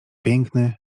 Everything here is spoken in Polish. piękny